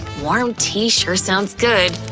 warm tea sure sounds good.